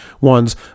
ones